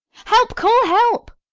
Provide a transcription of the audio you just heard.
help call help.